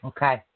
Okay